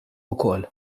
ukoll